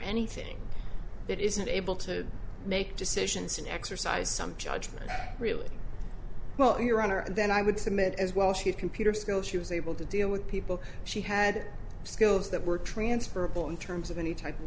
anything that isn't able to make decisions and exercise some judgment really well your honor then i would submit as well should computer skills she was able to deal with people she had skills that were transferable in terms of any type